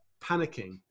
panicking